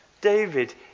David